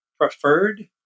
preferred